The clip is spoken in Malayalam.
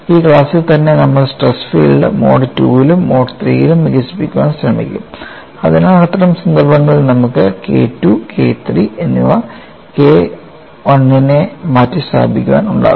ഈ ക്ലാസ്സിൽ തന്നെ നമ്മൾ സ്ട്രെസ് ഫീൽഡ് മോഡ് II ലും മോഡ് III ലും വികസിപ്പിക്കാൻ ശ്രമിക്കും അതിനാൽ അത്തരം സന്ദർഭങ്ങളിൽ നമുക്ക് K II KIII എന്നിവ K I നെ മാറ്റിസ്ഥാപിക്കാൻ ഉണ്ടാകും